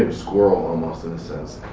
squirrel almost in a sense.